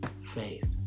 faith